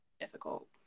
Difficult